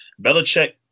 Belichick